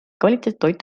kvaliteetset